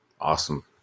Awesome